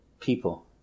People